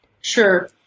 Sure